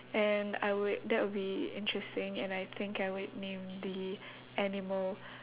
and I would that would be interesting and I think I would name the animal